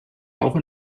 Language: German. auch